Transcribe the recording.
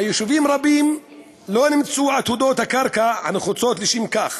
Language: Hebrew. ביישובים רבים לא נמצאו עתודות הקרקע הנחוצות לשם כך.